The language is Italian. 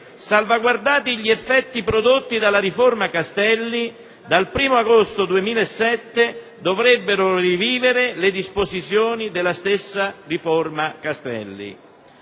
salvaguardati gli effetti prodotti dalla riforma Castelli, dal 1° agosto del 2007 dovrebbero rivivere le disposizioni della stessa riforma.